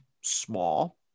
small